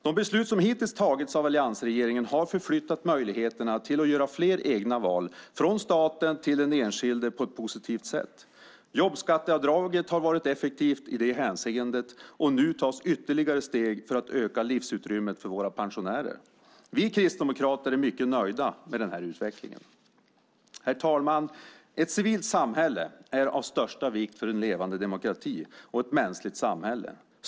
De beslut som hittills har tagits av alliansregeringen har förflyttat möjligheterna till att göra fler egna val från staten till den enskilde på ett positivt sätt. Jobbskatteavdraget har i det hänseendet varit effektivt, och nu tas ytterligare steg för att öka livsutrymmet för våra pensionärer. Vi kristdemokrater är mycket nöjda med den här utvecklingen. Herr talman! Ett civilt samhälle är av största vikt för en levande demokrati och ett mänskligt samhälle.